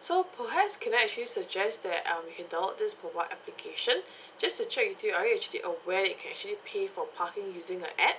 so perhaps can I actually suggest that um you can download this mobile application just to check with you are you actually aware you can actually pay for parking using a app